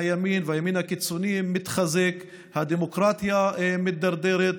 הימין והימין הקיצוני מתחזקים, הדמוקרטיה מידרדרת.